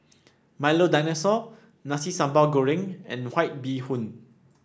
Milo Dinosaur Nasi Sambal Goreng and White Bee Hoon